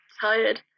Tired